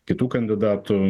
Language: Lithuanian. kitų kandidatų